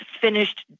finished